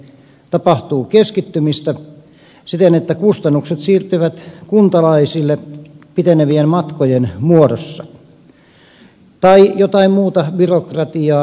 tapahtuu keskittymistä siten että kustannukset siirtyvät kuntalaisille pitenevien matkojen muodossa tai jotain muuta byrokratiaa